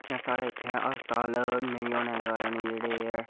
जि'यां साढ़े इत्थै अस्पताल नेईं होने दे कारण जेह्ड़े एह्